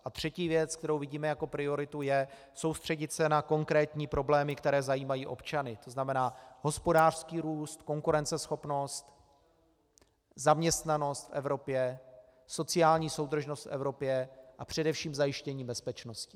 A třetí věc, kterou vidíme jako prioritu, je soustředit se na konkrétní problémy, které zajímají občany, tzn. hospodářský růst, konkurenceschopnost, zaměstnanost v Evropě, sociální soudržnost v Evropě a především zajištění bezpečnosti.